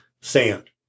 sand